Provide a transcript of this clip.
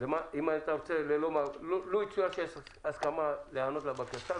לו יצויר שיש הסכמה להיענות לבקשה,